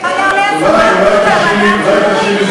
לא היה עולה השכר לפי